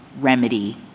remedy